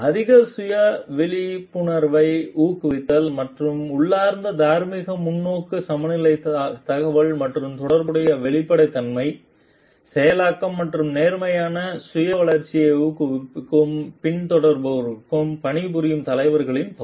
அதிக சுய விழிப்புணர்வை ஊக்குவித்தல் மற்றும் உள்ளார்ந்த தார்மீக முன்னோக்கு சமநிலை தகவல் மற்றும் தொடர்புடைய வெளிப்படைத்தன்மை செயலாக்கம் மற்றும் நேர்மறையான சுய வளர்ச்சியை ஊக்குவிக்கும் பின்தொடர்பவர்களுடன் பணிபுரியும் தலைவர்களின் பகுதி